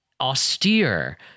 austere